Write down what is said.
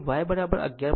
આમ તેનો અર્થ y 11